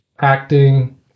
Acting